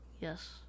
Yes